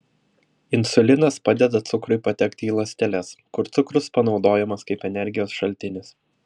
insulinas padeda cukrui patekti į ląsteles kur cukrus panaudojamas kaip energijos šaltinis